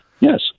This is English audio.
Yes